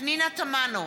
פנינה תמנו,